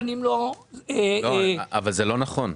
אבל זה לא נכון.